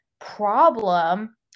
problem